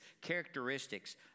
characteristics